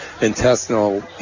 intestinal